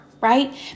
right